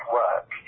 work